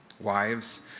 Wives